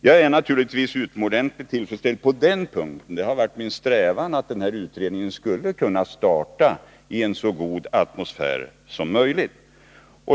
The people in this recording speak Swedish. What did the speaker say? Jag är naturligtvis utomordentligt tillfredsställd på den punkten. Det har varit min strävan att den här utredningen skulle kunna starta i en så god atmosfär som möjligt.